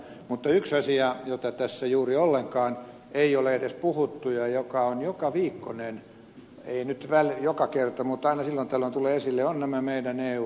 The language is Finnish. mutta yksi asia josta tässä juuri ollenkaan ei ole edes puhuttu ja joka on jokaviikkoinen ei nyt joka kerta mutta aina silloin tällöin tulee esille on meidän eu suhteemme